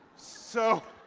so,